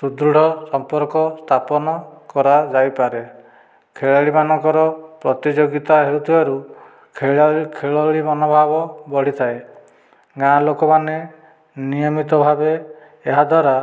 ସୁଦୃଢ଼ ସମ୍ପର୍କ ସ୍ଥାପନ କରାଯାଇପାରେ ଖେଳାଳି ମାନଙ୍କର ପ୍ରତିଯୋଗିତା ହେଉଥିବାରୁ ଖେଳାଳି ଖେଳାଳି ମନୋଭାବ ବଢ଼ିଥାଏ ଗାଁ ଲୋକମାନେ ନିୟମିତ ଭାବେ ଏହା ଦ୍ଵାରା